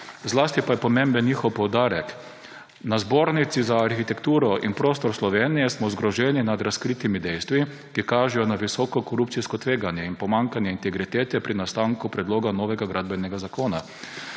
Zlasti pa je pomemben njihov poudarek: »Na Zbornici za arhitekturo in prostor Slovenije smo zgroženi nad razkritimi dejstvi, ki kažejo na visoko korupcijsko tveganje in pomanjkanje integritete pri nastanku predloga novega Gradbenega zakona.